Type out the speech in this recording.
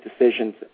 decisions